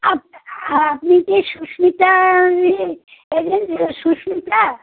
up হ্যাঁ আপনি কি সুস্মিতা ইয়ে এজেন্ট সুস্মিতা